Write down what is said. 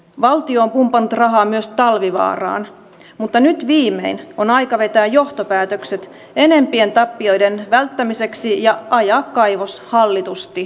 valtio on pumpannut rahaa myös talvivaaraan mutta nyt viimein on aika vetää johtopäätökset enempien tappioiden välttämiseksi ja ajaa kaivos hallitusti alas